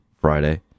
Friday